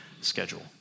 schedule